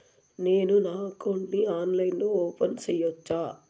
నేను నా అకౌంట్ ని ఆన్లైన్ లో ఓపెన్ సేయొచ్చా?